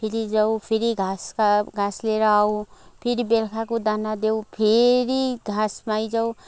फेरि जाऊ फेरि घाँस क घाँस लिएर आऊ फेरि बेलुकाको दाना देऊ फेरि घाँसमै जाऊ